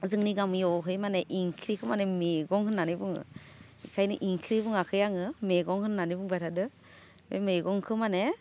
जोंनि गामियावहै माने ओंख्रिखौ माने मेगं होन्नानै बुङो बेखायनो ओंख्रि बुङाखै आङो मेगं होन्नानै बुंबाय थादों बे मेगंखौ माने